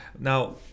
Now